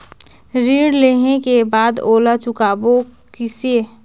ऋण लेहें के बाद ओला चुकाबो किसे?